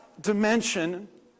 dimension